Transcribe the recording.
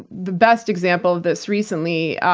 the best example of this, recently,